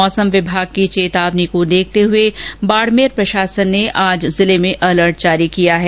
मौसम विभाग की चेतावनी को देखते हुए बाडमेर प्रशासन ने आज जिले में अलर्ट जारी किया है